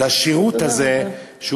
לשירות הזה,